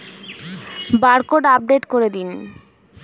Barcode update করে দিন?